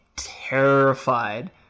Terrified